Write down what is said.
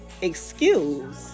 excuse